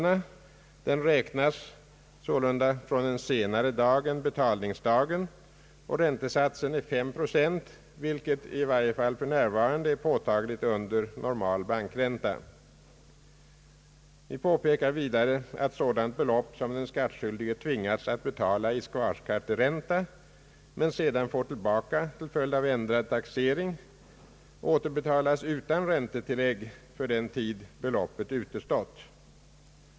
Ränta beräknas sålunda från en senare dag än betalningsdagen, och räntesatsen är 5 procent, vilket i varje fall för närvarande är påtagligt under normal bankränta. Vi påpekar vidare, att sådant belopp som den skattskyldige tvingas betala: i kvarskatteränta men sedan får tillbaka till följd av ändrad taxering, återbetalas utan räntetillägg för den: tid beloppet utestått.